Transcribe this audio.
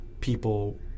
people